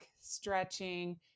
stretching